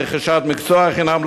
רכישת מקצוע חינם,